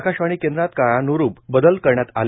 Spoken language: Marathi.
आकाशवाणी केंद्रात काळान्सार बदल करण्यात आले